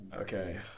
Okay